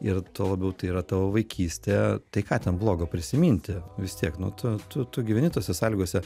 ir tuo labiau tai yra tavo vaikystė tai ką ten blogo prisiminti vis tiek nu tu tu tu gyveni tose sąlygose